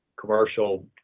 commercial